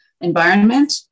environment